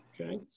Okay